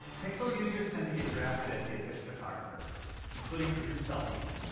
pixel users tend to get drafted as the official photographer including for group selfies,